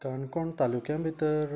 काणकोण तालुक्या भितर